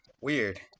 Weird